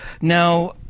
Now